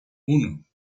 uno